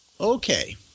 Okay